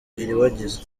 iribagiza